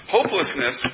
Hopelessness